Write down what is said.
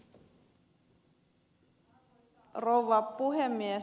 arvoisa rouva puhemies